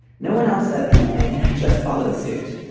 no one else said anything, and i just followed suit.